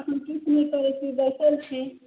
हम तऽ एखन किछु नहि करै छी बैसल छी